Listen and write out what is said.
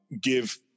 give